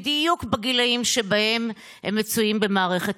בדיוק בגילים שבהם הם במערכת החינוך.